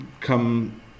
come